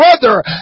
brother